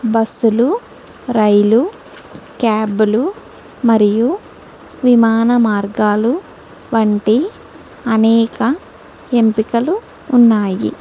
బస్సులు రైళ్ళు క్యాబులు మరియు విమాన మార్గాలు వంటి అనేక ఎంపికలు ఉన్నాయి